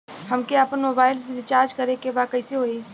हमके आपन मोबाइल मे रिचार्ज करे के बा कैसे होई?